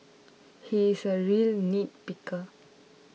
he is a real nitpicker